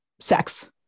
sex